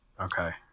okay